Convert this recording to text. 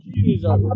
Jesus